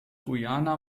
guayana